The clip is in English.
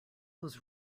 was